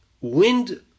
Wind